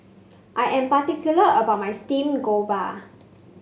I am particular about my Steamed Garoupa